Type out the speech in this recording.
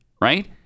right